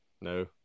No